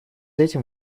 этим